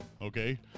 okay